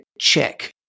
check